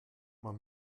man